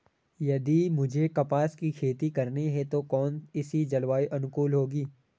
यदि मुझे कपास की खेती करनी है तो कौन इसी जलवायु अनुकूल होगी?